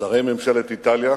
שרי ממשלת איטליה